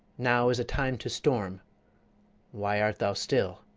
now is a time to storm why art thou still?